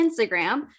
Instagram